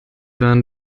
waren